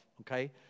okay